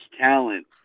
talent